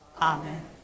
Amen